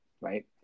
right